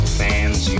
fans